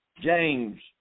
James